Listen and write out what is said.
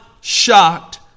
shocked